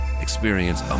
Experience